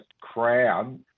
Crown